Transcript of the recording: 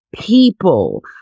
people